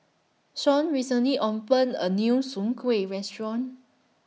Shawn recently opened A New Soon Kuih Restaurant